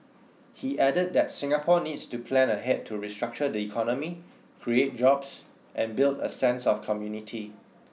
he added that Singapore needs to plan ahead to restructure the economy create jobs and build a sense of community